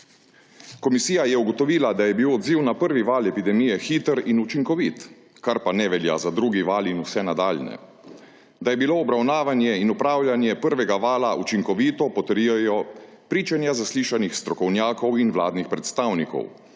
Komisija je ugotovila, da je bil odziv na prvi val epidemije hiter in učinkovit, kar pa ne velja za drugi val in vse nadaljnje. Da je bilo obravnavanje in upravljanje prvega vala učinkovito, potrjujejo pričanja zaslišanih strokovnjakov in vladnih predstavnikov.